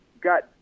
got